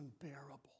unbearable